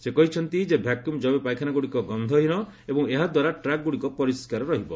ସେ କହିଛନ୍ତି ଯେ ଭ୍ୟାକୁମ୍ ଜେବ ପାଇଖାନାଗୁଡ଼ିକ ଗନ୍ଧହୀନ ଏବଂ ଏହାଦ୍ୱାରା ଟ୍ରାକ୍ଗୁଡ଼ିକ ପରିଷ୍କାର ରହିବ